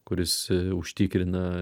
kuris užtikrina